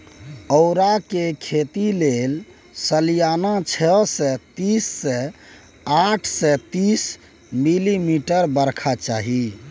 औरा केर खेती लेल सलियाना छअ सय तीस सँ आठ सय तीस मिलीमीटर बरखा चाही